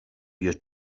your